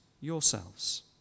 yourselves